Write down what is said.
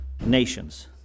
nations